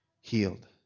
healed